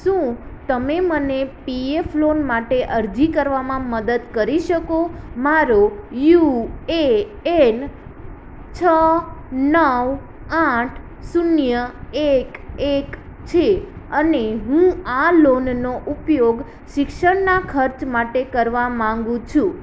શું તમે મને પીએફ લોન માટે અરજી કરવામાં મદદ કરી શકો મારો યુ એ એન છ નવ આઠ શૂન્ય એક એક છે અને હું આ લોનનો ઉપયોગ શિક્ષણના ખર્ચ માટે કરવા માંગુ છું